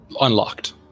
Unlocked